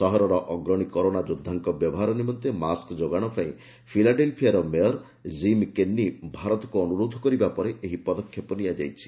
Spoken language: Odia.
ସହରର ଅଗ୍ରଣୀ କରୋନା ଯୋଦ୍ଧାଙ୍କ ବ୍ୟବହାର ନିମନ୍ତେ ମାସ୍କ୍ ଯୋଗାଣ ପାଇଁ ଫିଲାଡେଲ୍ ଫିଆର ମେୟର୍ଜିମ୍କେନ୍ଦି ଭାରତକୁ ଅନୁରୋଧ କରିବା ପରେଏହି ପଦକ୍ଷେପ ନିଆଯାଇଛି